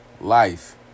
life